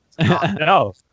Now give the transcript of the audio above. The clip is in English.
No